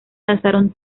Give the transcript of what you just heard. lanzaron